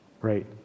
right